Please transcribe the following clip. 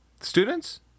Students